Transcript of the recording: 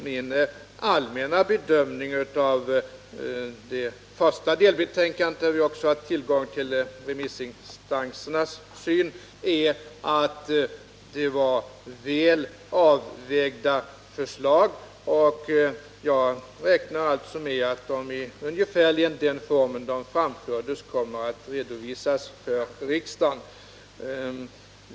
Min allmänna bedömning av det första delbetänkandet, där vi också har tillgång till remissinstansernas synpunkter, är att det var väl avvägda förslag, och jag räknar också med att de i ungefärligen den form som de framfördes kommer att redovisas för riksdagen.